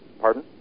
Pardon